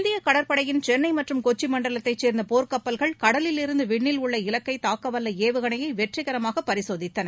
இந்திய கடற்படையின் சென்னை மற்றும் கொச்சி மண்டலத்தைச் சேர்ந்த போர்க் கப்பல்கள் கடலிலிருந்து விண்ணில் உள்ள இலக்கை தாக்கவல்ல ஏவுகணையை வெற்றிகரமாக பரிசோதித்தன